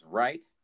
right